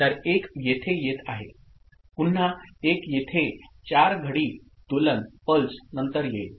तर 1 येथे येत आहे पुन्हा 1 येथे 4 घडी दोलन पल्स नंतर येईल